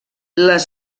les